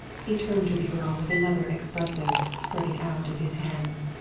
he turned to the earl with another expressive spreading out of his hands.